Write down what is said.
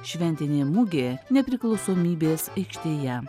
šventinė mugė nepriklausomybės aikštėje